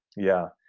yeah,